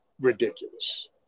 ridiculous